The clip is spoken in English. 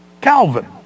Calvin